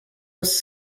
was